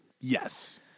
Yes